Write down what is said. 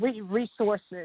Resources